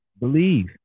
Believe